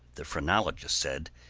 the phrenologists said,